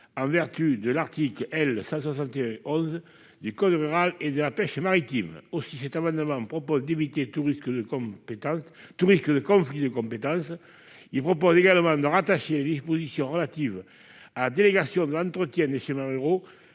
par l'article L. 161-11 du code rural et de la pêche maritime. Cet amendement vise donc à éviter tout risque de conflit de compétence. Il prévoit également de rattacher les dispositions relatives à la délégation de l'entretien des chemins ruraux